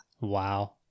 Wow